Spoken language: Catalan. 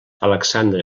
alexandre